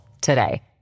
today